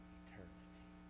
eternity